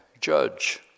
judge